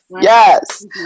Yes